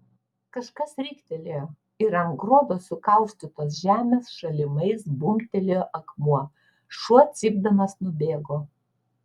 kažkas riktelėjo ir ant gruodo sukaustytos žemės šalimais bumbtelėjo akmuo šuo cypdamas nubėgo